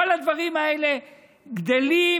כל הדברים האלה גדלים,